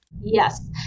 Yes